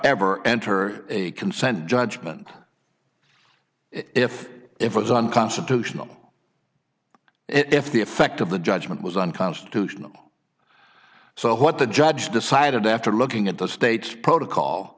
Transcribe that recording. ever enter a consent judgment if it was unconstitutional if the effect of the judgment was unconstitutional so what the judge decided after looking at the state's protocol